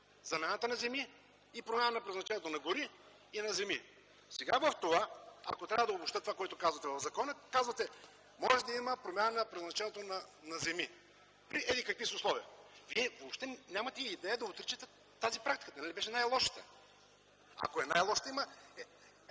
замяната на земи и промяна на предназначението на гори и на земи. Сега, ако трябва да обобщя това, което казвате в закона, е: може да има промяна на предназначението на земи при еди-какви си условия. Вие въобще нямате идея да отричате тази практика. Нали беше най-лошата? Ако е най-лошата, има